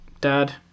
Dad